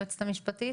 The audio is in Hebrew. היועצת המשפטית?